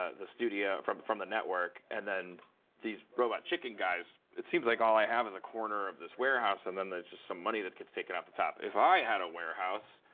ah the studio from from the network and then these robot chicken guys it seems like all i have is a corner of this warehouse, and then then it's just some money that gets taken off the top. if i had a warehouse,